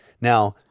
Now